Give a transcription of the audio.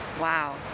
Wow